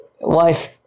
Life